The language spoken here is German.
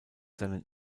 seinen